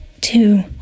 two